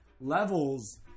levels